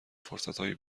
فرصتهای